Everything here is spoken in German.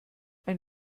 ein